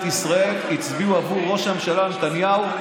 ישראל הצביעו בעבור ראש הממשלה נתניהו,